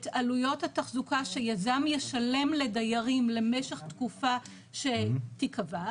את עלויות התחזוקה שיזם ישלם לדיירים למשך תקופה שתיקבע,